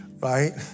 right